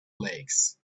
lakes